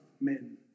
men